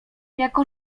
jako